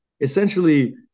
essentially